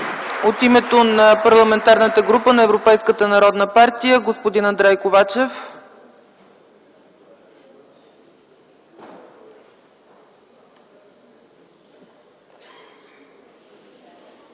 От името на Парламентарната група на Европейската народна партия – господин Андрей Ковачев.